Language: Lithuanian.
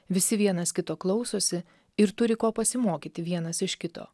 visi vienas kito klausosi ir turi ko pasimokyti vienas iš kito